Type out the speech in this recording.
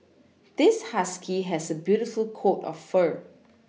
this husky has a beautiful coat of fur